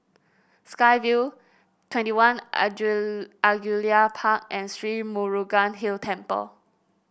Sky Vue Twenty One Angullia Park and Sri Murugan Hill Temple